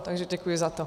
Takže děkuji za to.